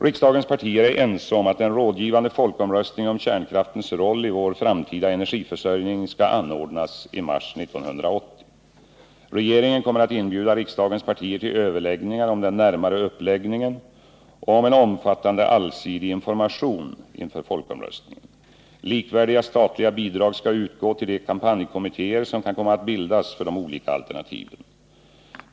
Riksdagens partier är ense om att en rådgivande folkomröstning om kärnkraftens roll i vår framtida enetgiförsörjning skall anordnas i mars 1980. Regeringen kommer att inbjuda riksdagens partier till överläggningar om den närmare uppläggningen och om en omfattande allsidig information inför folkomröstningen. Likvärdiga statliga bidrag skall utgå till de kampanjkommittéer som kan komma att bildas för de olika alternativen.